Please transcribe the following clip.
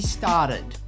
started